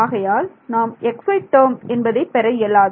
ஆகையால் நாம் xy term என்பதை பெற இயலாது